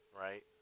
right